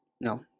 no